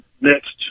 next